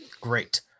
Great